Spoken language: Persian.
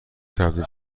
تبدیل